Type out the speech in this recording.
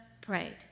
prayed